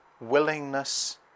willingness